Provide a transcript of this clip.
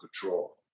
control